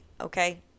Okay